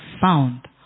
found